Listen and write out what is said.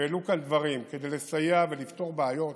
והעלו כאן דברים כדי לסייע ולפתור בעיות